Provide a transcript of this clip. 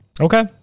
Okay